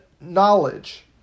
knowledge